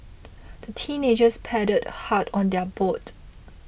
the teenagers paddled hard on their boat